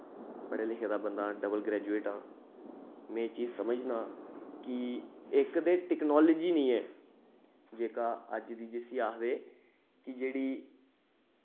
पढ़े लिखे दा बंदा डबल ग्रेजुएट आं में एह् चीज समझना कि इक ते टेक्नोलाजी नि ऐ जेह्का अज्ज दी जिसी आखदे कि जेह्ड़ी